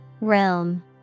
Realm